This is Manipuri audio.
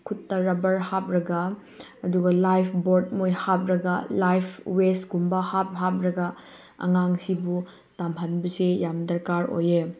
ꯈꯨꯠꯇ ꯔꯕꯔ ꯍꯥꯞꯂꯒ ꯑꯗꯨꯒ ꯂꯥꯏꯐ ꯕꯣꯠ ꯃꯣꯏ ꯍꯥꯞꯂꯒ ꯂꯥꯏꯐ ꯋꯦꯁꯀꯨꯝꯕ ꯍꯥꯞꯂꯒ ꯑꯉꯥꯡꯁꯤꯕꯨ ꯇꯝꯍꯟꯕꯁꯦ ꯌꯥꯝ ꯗꯔꯀꯥꯔ ꯑꯣꯏ